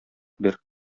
бир